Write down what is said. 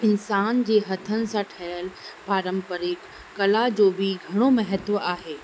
इंसान जे हथनि सां ठहियलु पारम्परिकु कला जो बि घणो महत्व आहे